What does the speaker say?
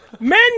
Men